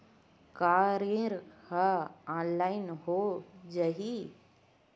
का ऋण ह ऑनलाइन हो जाही?